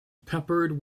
peppered